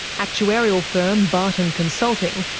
actuarial firm barton consulting,